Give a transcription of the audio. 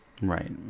Right